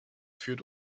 führt